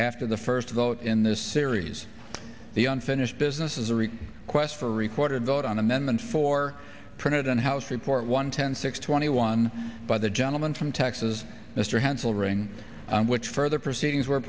after the first vote in this series the unfinished business is a request for recorded vote on amendment four printed on house report one ten six twenty one by the gentleman from texas mr hansel ring which further proceedings were